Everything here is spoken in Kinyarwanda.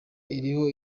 iriho